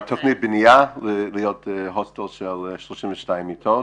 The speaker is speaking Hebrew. זה בתכנית בנייה להיות הוסטל של 32 מיטות,